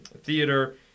theater